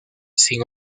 sin